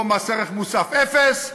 פה מס ערך מוסף אפס,